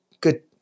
good